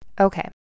Okay